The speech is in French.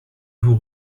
vous